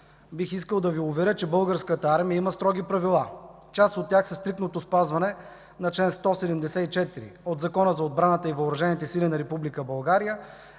бих искал да Ви уверя, че Българската армия има строги правила. Част от тях са стриктното спазване на чл. 174 от Закона за отбраната и въоръжените сили на Република